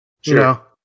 Sure